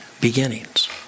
beginnings